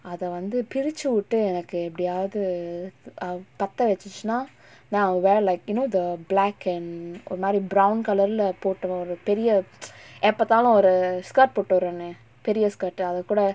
அதவந்து பிரிச்சு உட்டு எனக்கு எப்டியாவது:athavanthu pirichu uttu enakku eppudiyaavathu err ah பத்த வச்சிசுனா நா:paththa vachichunaa naa wear like you know the black and ஒரு மாரி:oru maari brown colour leh போடாம ஒரு பெரிய:podaama oru periya எப்பாத்தாலும் ஒரு:eppaathalum oru skirt போட்டு வருவனே பெரிய:pottu varuvanae periya skirt ah அதுகூட:athukooda